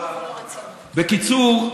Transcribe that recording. בקיצור,